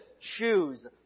choose